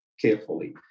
carefully